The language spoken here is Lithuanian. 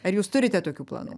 ar jūs turite tokių planų